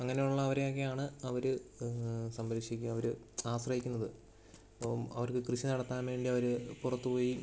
അങ്ങനെയുള്ളവരെയൊക്കെയാണ് അവർ സംരക്ഷിക്കുക അവർ ആശ്രയിക്കുന്നത് അപ്പം അവർക്ക് കൃഷി നടത്താൻ വേണ്ടിയവർ പുറത്തുപോയി